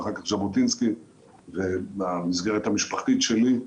ואחר כך מז'בוטינסקי והמסגרת המשפחתית שלי.